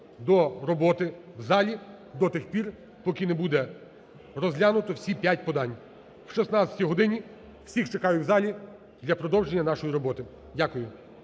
до роботи в залі до тих пір, поки не буде розглянуто всі п'ять подань. О 16 годині всіх чекаю в залі для продовження нашої роботи. Дякую.